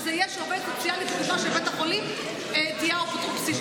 שעובדת סוציאלית של בית החולים תהיה אפוטרופסית.